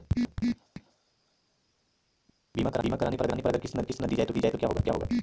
बीमा करने पर अगर किश्त ना दी जाये तो क्या होगा?